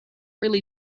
really